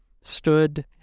stood